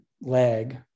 leg